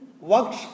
works